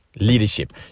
leadership